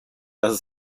dass